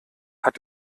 hat